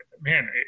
man